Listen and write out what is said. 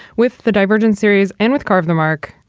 with the divergent series and with car of the mark,